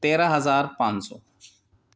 تیرہ ہزار پانچ سو